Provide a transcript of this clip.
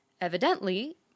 Evidently